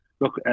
look